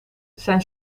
zijn